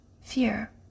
Fear